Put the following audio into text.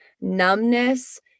Numbness